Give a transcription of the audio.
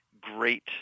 great